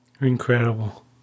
Incredible